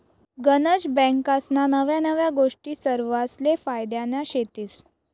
गनज बँकास्ना नव्या नव्या गोष्टी सरवासले फायद्यान्या शेतीस